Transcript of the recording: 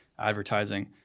advertising